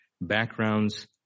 backgrounds